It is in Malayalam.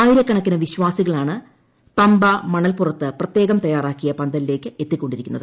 ആയിരക്കണക്കിന് വിശ്വാസികളാണ് പമ്പ മണൽപ്പുറത്ത് പ്രത്യേകം തയ്യാറാക്കിയ പന്തലിലേക്ക് എത്തി കൊണ്ടിരിക്കുന്നത്